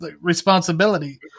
responsibility